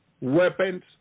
weapons